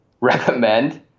recommend